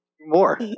More